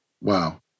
Wow